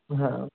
ହଁ